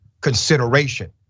consideration